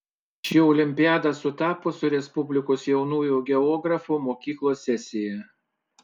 ši olimpiada sutapo su respublikos jaunųjų geografų mokyklos sesija